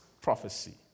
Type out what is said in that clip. prophecy